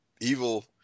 evil